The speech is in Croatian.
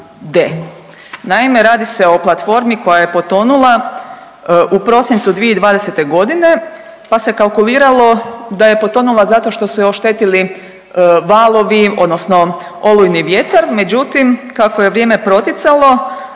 Naime radi se o platformi koja je potonula u prosincu 2020.g., pa se kalkuliralo da je potonula zato što su je oštetili valovi odnosno olujni vjetar, međutim kako je vrijeme protjecalo